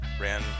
Ran